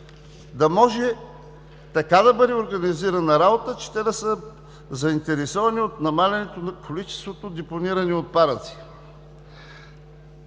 да може така да бъде организирана работата, че те да са заинтересовани от намаляването на количеството депонирани отпадъци.